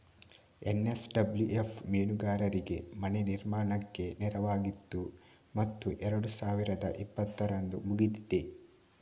NSWF ಮೀನುಗಾರರಿಗೆ ಮನೆ ನಿರ್ಮಾಣಕ್ಕೆ ನೆರವಾಗಿತ್ತು ಮತ್ತು ಎರಡು ಸಾವಿರದ ಇಪ್ಪತ್ತರಂದು ಮುಗಿದಿದೆ